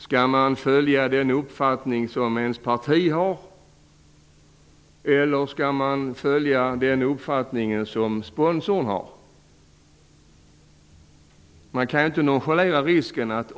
Skall man följa den uppfattning som ens parti har, eller skall man följa den uppfattning som sponsorn har?